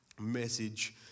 message